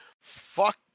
Fuck